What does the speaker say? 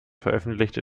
veröffentlichte